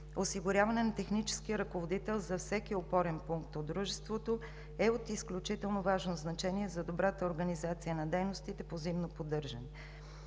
осигуряване на технически ръководител за всеки опорен пункт на дружеството е от изключително важно значение за добрата организация на дейностите по зимно поддържане;